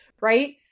Right